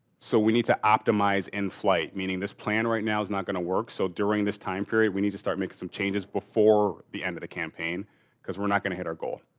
so, we need to optimize in-flight, meaning, this plan right now is not going to work. so, during this time period we need to start making some changes before the end of the campaign because we're not gonna hit our goal.